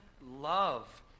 love